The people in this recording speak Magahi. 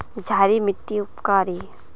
क्षारी मिट्टी उपकारी?